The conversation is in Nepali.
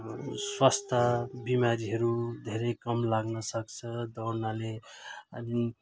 स्वास्थ्य बिमारीहरू धेरै कम लाग्नसक्छ दौडनाले अनि